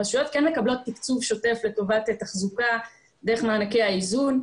הרשויות כן מקבלות תקצוב שוטף לטובת תחזוקה דרך מענקי האיזון.